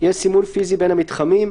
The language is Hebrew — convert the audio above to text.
יש סימון פיזי בין המתחמים,